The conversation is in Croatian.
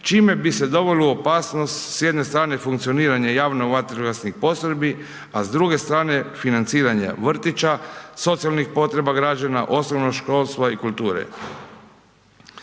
čime bi se dovelo u opasnost s jedne strane funkcioniranje javno vatrogasnih postrojbi a s druge strane financiranje vrtića, socijalnih potreba građana, osnovnog školstva i kulture.